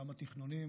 גם התכנוניים,